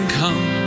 come